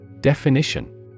Definition